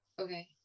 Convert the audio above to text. Okay